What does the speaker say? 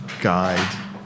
Guide